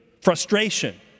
frustration